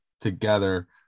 together